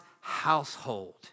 household